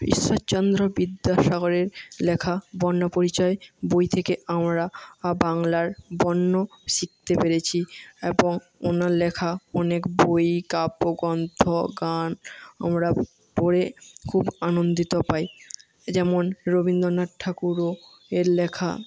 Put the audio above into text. ঈশ্বরচন্দ্র বিদ্যাসাগরের লেখা বর্ণপরিচয় বই থেকে আমরা বাংলার বর্ণ শিখতে পেরেছি এবং ওনার লেখা অনেক বই কাব্যগ্রন্থ গান আমরা পড়ে খুব আনন্দ পাই যেমন রবীন্দ্রনাথ ঠাকুর এর লেখা